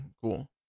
cool